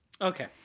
Okay